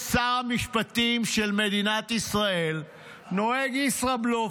שר משפטים של מדינת ישראל נוהג ישראבלוף.